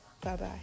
Bye-bye